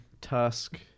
tusk